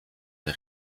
der